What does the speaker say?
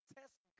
test